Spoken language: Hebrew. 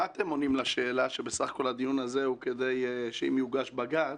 מה אתם עונים לשאלה שבסך הכול הדיון הזה הוא כדי שאם יוגש בג"ץ,